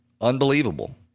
unbelievable